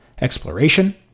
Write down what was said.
Exploration